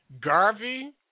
Garvey